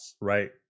right